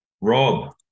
Rob